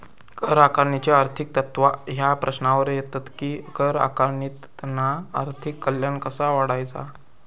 कर आकारणीची आर्थिक तत्त्वा ह्या प्रश्नावर येतत कि कर आकारणीतना आर्थिक कल्याण कसा वाढवायचा?